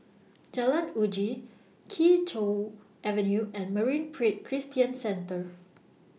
Jalan Uji Kee Choe Avenue and Marine Parade Christian Centre